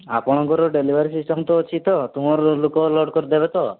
ଆପଣଙ୍କର delivery system ତ ଅଛି ତ ତୁମର ଲୋକ ଲୋଡ଼୍ କରିଦେବେ ତ